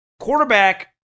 quarterback